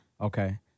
Okay